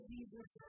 Jesus